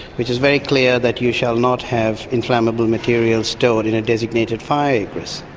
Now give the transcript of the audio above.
which is very clear that you shall not have inflammable materials stored in a designated fire egress.